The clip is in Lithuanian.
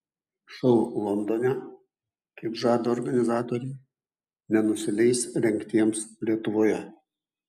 šou londone kaip žada organizatoriai nenusileis rengtiems lietuvoje